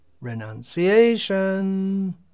renunciation